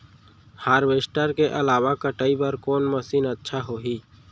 Harvester के अलावा कटाई बर कोन मशीन अच्छा होही?